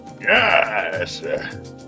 Yes